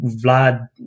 Vlad